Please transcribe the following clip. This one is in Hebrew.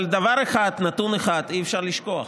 אבל דבר אחד, נתון אחד אי-אפשר לשכוח,